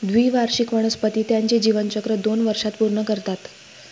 द्विवार्षिक वनस्पती त्यांचे जीवनचक्र दोन वर्षांत पूर्ण करतात